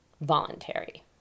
voluntary